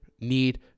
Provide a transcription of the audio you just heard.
need